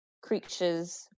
creatures